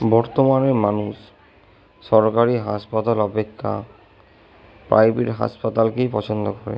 বর্তমানে মানুষ সরকারি হাসপাতাল অপেক্ষা প্রাইভেট হাসপাতালকেই পছন্দ করে